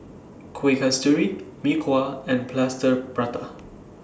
Kueh Kasturi Mee Kuah and Plaster Prata